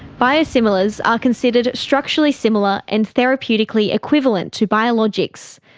biosimilars are considered structurally similar and therapeutically equivalent to biologics.